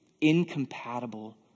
incompatible